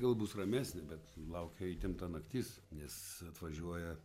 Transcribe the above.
gal bus ramesnė bet laukia įtempta naktis nes atvažiuoja